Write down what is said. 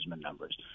numbers